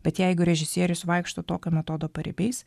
bet jeigu režisierius vaikšto tokio metodo paribiais